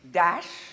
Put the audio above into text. dash